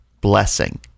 blessing